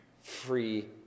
free